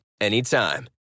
anytime